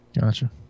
gotcha